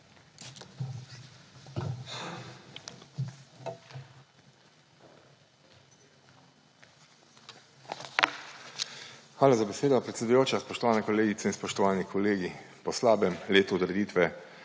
Hvala za besedo, predsedujoča. Spoštovani kolegice in spoštovani kolegi! Po slabem letu odreditve